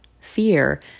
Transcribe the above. fear